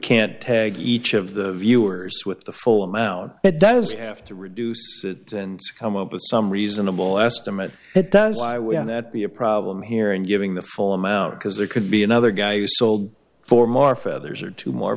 can't tag each of the viewers with the full amount it does have to reduce it and come up with some reasonable estimate it does i we have that be a problem here and giving the full amount because there could be another guy who sold for more feathers or two more